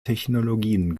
technologien